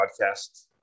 podcast